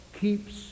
keeps